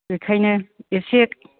बेखायनो इसे